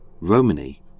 romani